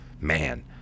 man